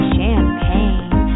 Champagne